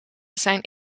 zijn